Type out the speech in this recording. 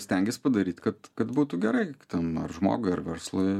stengias padaryt kad kad būtų gerai ten ar žmogui ar verslui